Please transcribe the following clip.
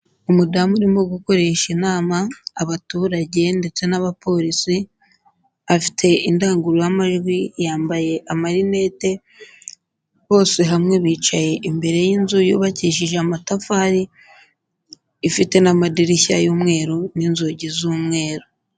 Umudamu urimo gukoresha inama abaturage ndetse n'abapolisi, afite indangururamajwi yambaye amarinete, bose hamwe bicaye imbere y'inzu yubakishije amatafari, ifite n'amadirishya y'umweru n'inzugi z'umweru.